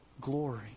glory